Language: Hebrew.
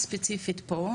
ספציפית פה,